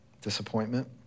disappointment